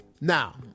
Now